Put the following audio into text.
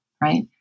right